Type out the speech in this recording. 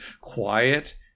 quiet